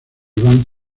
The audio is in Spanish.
iván